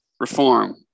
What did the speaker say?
Reform